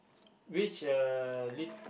which uh lit